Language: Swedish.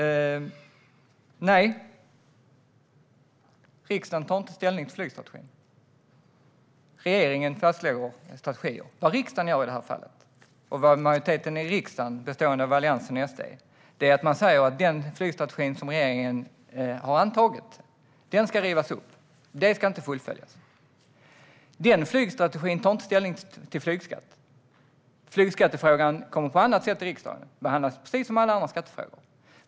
Herr talman! Nej, riksdagen tar inte ställning till flygstrategin. Regeringen fastslår strategier. Vad riksdagen gör i det här fallet, vad majoriteten i riksdagen bestående av Alliansen och SD gör, är att säga att den flygstrategi som regeringen har antagit ska rivas upp. Den ska inte fullföljas. Flygstrategin tar inte ställning till flygskatt. Flygskattefrågan kommer till riksdagen på annat sätt och behandlas precis som alla andra skattefrågor.